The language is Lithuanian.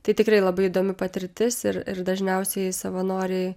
tai tikrai labai įdomi patirtis ir ir dažniausiai savanoriai